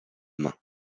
main